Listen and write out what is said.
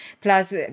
Plus